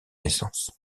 naissances